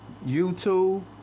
YouTube